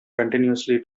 continuously